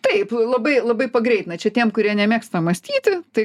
taip labai labai pagreitina čia tiem kurie nemėgsta mąstyti tai